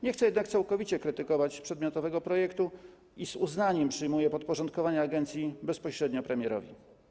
Nie chcę jednak całkowicie krytykować przedmiotowego projektu i z uznaniem przyjmuję podporządkowanie agencji bezpośrednio premierowi.